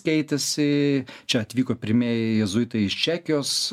keitėsi čia atvyko pirmieji jėzuitai iš čekijos